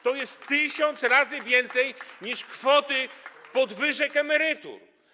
To jest 1 tys. razy więcej niż kwoty podwyżek emerytur.